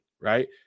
right